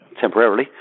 temporarily